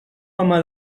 home